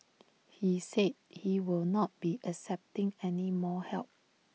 he said he will not be accepting any more help